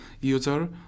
user